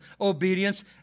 obedience